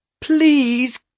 Please